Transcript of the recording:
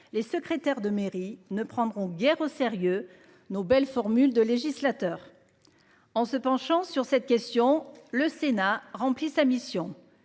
Les secrétaires de mairie ne prendront guère au sérieux nos belles formules de législateur. En se penchant sur cette question le Sénat rempli sa mission.